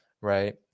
right